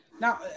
Now